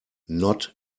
not